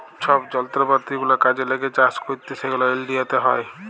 ছব যলত্রপাতি গুলা কাজে ল্যাগে চাষ ক্যইরতে সেগলা ইলডিয়াতে হ্যয়